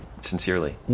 sincerely